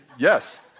Yes